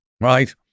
right